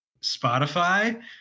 Spotify